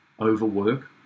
overwork